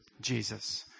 Jesus